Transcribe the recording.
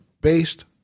based